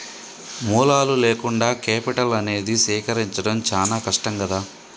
మూలాలు లేకుండా కేపిటల్ అనేది సేకరించడం చానా కష్టం గదా